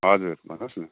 हजुर भन्नुहोस् न